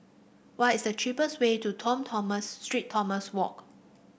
what is the cheapest way to Tom Tomas Street Thomas Walk